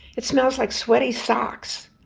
it smells like sweaty socks,